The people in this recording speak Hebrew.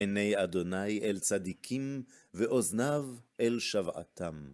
עיני ה' אל צדיקים, ואוזניו אל שוועתם.